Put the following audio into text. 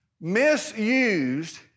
misused